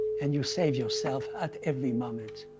and you save yourself at every moment.